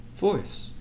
voice